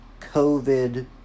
COVID